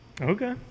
Okay